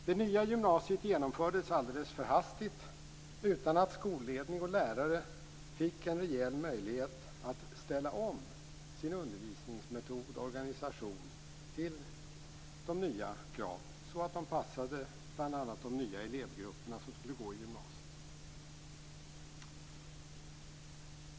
Det nya gymnasiet genomfördes alldeles för hastigt utan att skolledning och lärare fick en rejäl möjlighet att ställa om sina undervisningsmetoder och sin organisation till de nya kraven så att de passade bl.a. de nya elevgrupperna som skulle gå i gymnasiet.